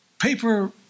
Paper